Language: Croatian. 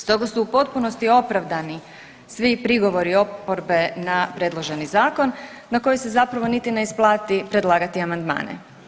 Stoga su u potpunosti opravdani svi prigovori oporbe na predloženi zakon na koji se zapravo niti ne isplati predlagati amandmane.